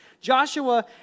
Joshua